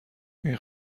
این